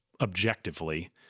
objectively